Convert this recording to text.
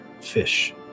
fish